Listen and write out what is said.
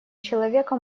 человека